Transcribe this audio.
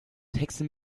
texte